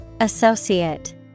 Associate